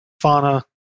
fauna